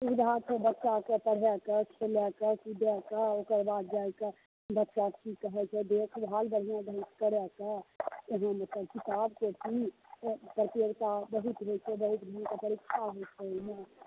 सुबिधा छै बच्चाके पढ़ैके खेलैकऽ कुदैके ओकर बाद जाइके बच्चा की कहै छै देखभाल बढ़िआँ ढंगसँ करैके इहाँ मतलब किताब कॉपी प्रतियोगिता बहुत होइ छै बहुत ढंगसँ परीक्षा होइ छै एहिमे